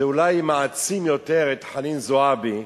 זה אולי מעצים יותר את חנין זועבי,